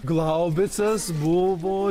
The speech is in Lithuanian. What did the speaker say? glaubicas buvo